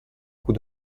coup